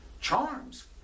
charms